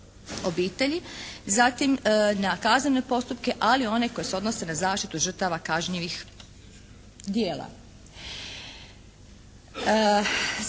obitelji. Zatim na kaznene postupke ali one koji se odnose na zaštitu žrtava kažnjivih djela.